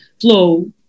flow